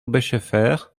bechefer